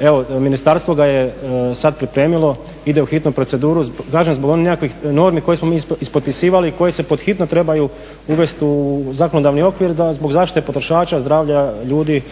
Evo, ministarstvo ga je sad pripremilo, ide u hitnu proceduru kažem zbog nekakvih normi koje smo mi ispotpisivali i koje se pod hitno trebaju uvesti u zakonodavni okvir zbog zaštite potrošača, zdravlja ljudi